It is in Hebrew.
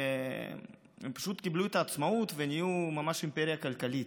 והם פשוט קיבלו את עצמאות ונהיו ממש אימפריה כלכלית.